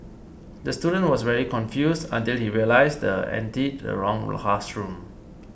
the student was very confused until he realised entered the wrong classroom